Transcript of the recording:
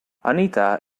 anita